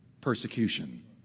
persecution